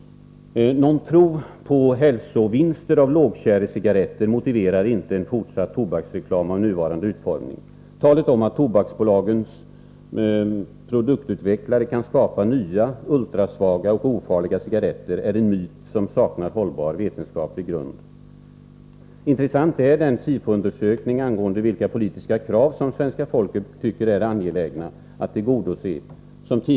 Någon tro på hälsovinster genom övergång till ”lågtjärecigaretter” motiverar inte en fortsatt tobaksreklam med nuvarande utformning. Talet om att tobaksbolagens produktutvecklare kan skapa nya, ultrasvaga och ofarliga cigaretter är en myt som saknar hållbar vetenskaplig grund. Intressant är den SIFO-undersökning angående vilka politiska krav som svenska folket tycker är angelägna att tillgodose.